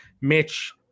Mitch